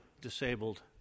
disabled